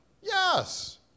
Yes